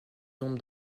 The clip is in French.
nombre